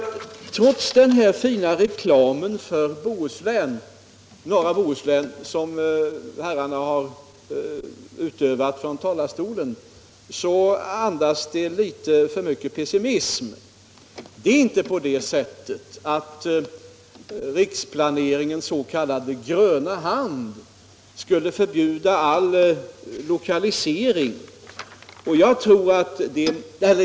Trots den här fina reklamen för norra Bohuslän som herrarna har gjort från talarstolen tycker jag att inläggen andas litet för mycket pessimism. Det är inte så att riksplaneringens s.k. gröna hand skulle förbjuda all lokalisering.